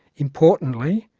importantly,